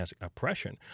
oppression